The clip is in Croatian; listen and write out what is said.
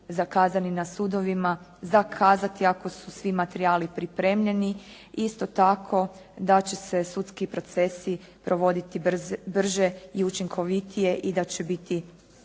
zakazani na sudovima zakazati ako su svi materijali pripremljeni i isto tako da će se sudski procesi provoditi brže i učinkovitije i da će biti